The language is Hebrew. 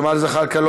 ג'מאל זחאלקה,